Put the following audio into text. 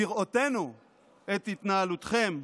בראותנו את התנהלותכם,